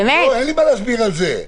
אין לי מה להסביר על זה.